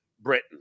Britain